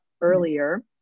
earlier